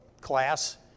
class